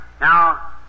Now